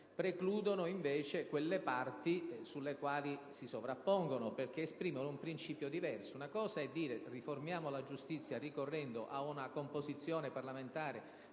precludono, invece, quelle parti alle quali si sovrappongono perché esprimono un principio diverso. Un conto, infatti, è dire che si riforma la giustizia ricorrendo a una composizione parlamentare